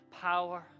power